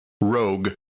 rogue